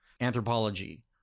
anthropology